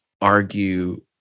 argue